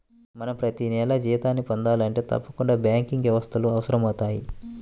మనం ప్రతినెలా జీతాన్ని పొందాలంటే తప్పకుండా బ్యాంకింగ్ వ్యవస్థలు అవసరమవుతయ్